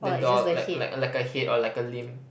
the doll like like like a head or like a limb